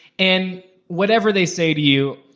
and whatever they say to you,